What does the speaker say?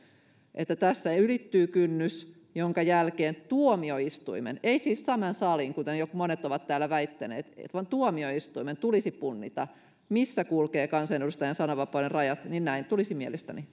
että tässä ylittyy kynnys jonka jälkeen tuomioistuimen ei siis tämän salin kuten monet ovat täällä väittäneet vaan tuomioistuimen tulisi punnita missä kulkevat kansanedustajan sananvapauden rajat niin näin tulisi mielestäni